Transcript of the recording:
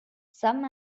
some